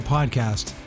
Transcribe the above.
Podcast